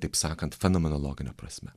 taip sakant fenomenologine prasme